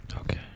okay